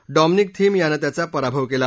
Dominic Thiem यानं त्याचा पराभव केला